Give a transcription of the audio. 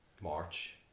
March